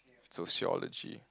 Sociology